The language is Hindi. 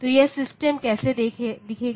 तो यह सिस्टम कैसा दिखेगा